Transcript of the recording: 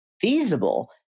feasible